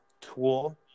tool